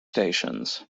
stations